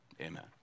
Amen